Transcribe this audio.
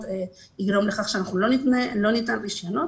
יגרום לכך שאנחנו לא ניתן רישיונות.